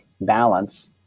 balance